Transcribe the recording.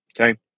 Okay